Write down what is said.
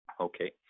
Okay